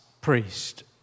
priest